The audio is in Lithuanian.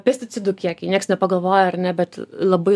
pesticidų kiekiai nieks nepagalvoja ar ne bet labai